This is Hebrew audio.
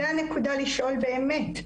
זה הנקודה לשאול באמת,